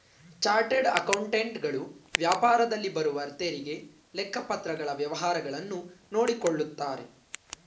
chartered accountant ಗಳು ವ್ಯಾಪಾರದಲ್ಲಿ ಬರುವ ತೆರಿಗೆ, ಲೆಕ್ಕಪತ್ರಗಳ ವ್ಯವಹಾರಗಳನ್ನು ನೋಡಿಕೊಳ್ಳುತ್ತಾರೆ